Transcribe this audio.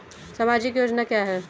सामाजिक योजना क्या है?